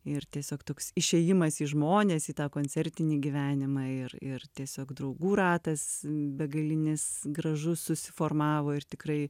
ir tiesiog toks išėjimas į žmones į tą koncertinį gyvenimą ir ir tiesiog draugų ratas begalinis gražus susiformavo ir tikrai